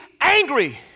angry